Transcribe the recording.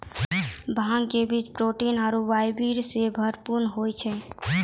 भांग के बीज प्रोटीन आरो फाइबर सॅ भरपूर होय छै